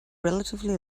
relatively